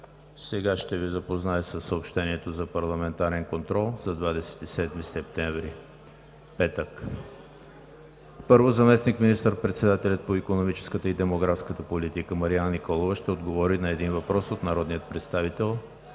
Ще Ви запозная сега със съобщението за парламентарен контрол за 27 септември 2019 г., петък: 1. Заместник министър-председателят по икономическата и демографската политика Марияна Николова ще отговори на един въпрос от народния представител